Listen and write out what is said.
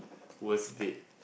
worst date